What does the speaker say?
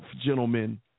gentlemen